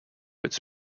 its